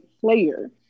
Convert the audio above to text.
player